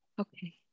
Okay